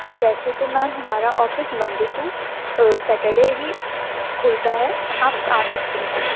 ویسے تو میم ہمارا آفس منڈے ٹو سٹرڈے ہی کھلتا ہے آپ آ سکتی ہیں